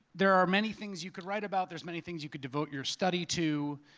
there are many things you could write about, there's many things you could devote your study to,